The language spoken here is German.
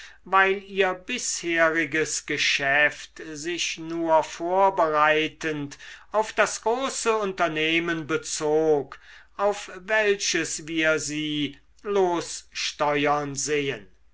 weil ihr bisheriges geschäft sich nur vorbereitend auf das große unternehmen bezog auf welches wir sie lossteuern sehen